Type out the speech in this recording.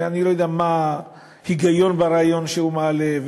אני לא יודע מה ההיגיון ברעיון שהוא מעלה,